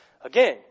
again